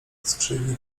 skrzywił